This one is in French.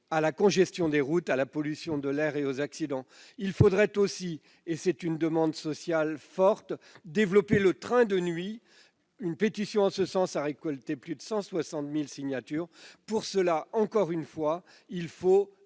à la congestion des routes, à la pollution de l'air et aux accidents. Il faudrait aussi- c'est une demande sociale forte -, développer les trains de nuit. Une pétition en ce sens a récolté plus de 160 000 signatures. Pour cela, je le répète, il faut